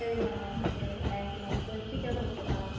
சரிங்ங்க ma'am சரி thank you ma'am கொஞ்சம் சீக்கிரமாக கொடுக்க பாருங்கள்